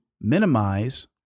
minimize